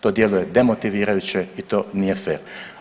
To djeluje demotivirajuće i to nije fer.